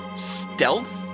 stealth